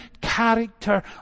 character